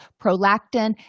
prolactin